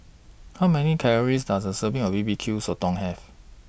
How Many Calories Does A Serving of B B Q Sotong Have